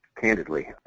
candidly